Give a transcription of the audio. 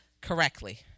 correctly